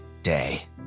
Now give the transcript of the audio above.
day